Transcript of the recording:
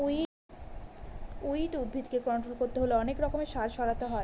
weed উদ্ভিদকে control করতে হলে অনেক রকমের সার ছড়াতে হয়